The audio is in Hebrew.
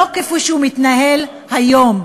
לא כפי שהוא מתנהל היום,